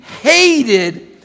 hated